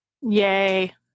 Yay